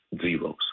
zeros